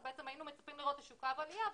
אז בעצם היינו מצפים לראות איזשהו קו עלייה,